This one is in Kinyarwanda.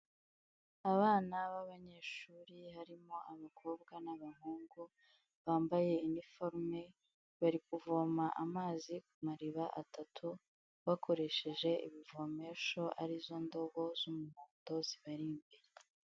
Abana b'abanyeshuri harimo abakobwa n'abahungu bambaye iniforume bari kuvoma amazi ku mariba atatu bakoresheje ibivomesho arizo ndobo z'umuhondo zibari imbere.